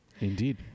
Indeed